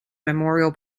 memorial